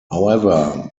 however